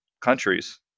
countries